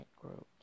groups